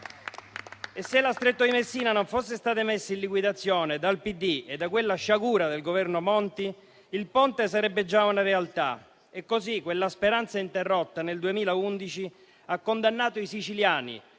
società Stretto di Messina non fosse stato messo in liquidazione dal PD e da quella sciagura del Governo Monti, il Ponte sarebbe già una realtà e così quella speranza interrotta nel 2011 ha condannato i siciliani